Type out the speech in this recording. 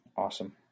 Awesome